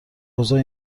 اوضاع